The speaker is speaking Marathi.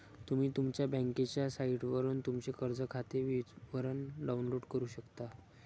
तुम्ही तुमच्या बँकेच्या साइटवरून तुमचे कर्ज खाते विवरण डाउनलोड करू शकता